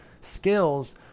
skills